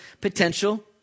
potential